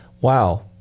Wow